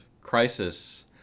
crisis